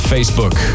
Facebook